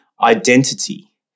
identity